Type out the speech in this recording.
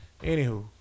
Anywho